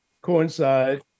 Coincide